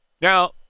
Now